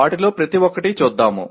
వాటిలో ప్రతి ఒక్కటి చూద్దాం